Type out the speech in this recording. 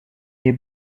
est